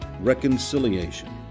reconciliation